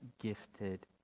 gifted